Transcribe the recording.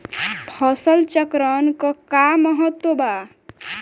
फसल चक्रण क का महत्त्व बा?